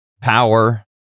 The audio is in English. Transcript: power